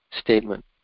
statement